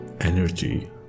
energy